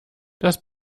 das